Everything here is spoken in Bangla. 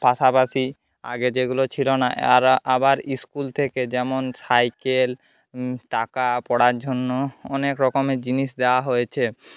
পাশাপাশি আগে যেগুলো ছিল না আবার স্কুল থেকে যেমন সাইকেল টাকা পড়ার জন্য অনেক রকমের জিনিস দেওয়া হয়েছে